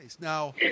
Now